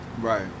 Right